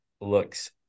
looks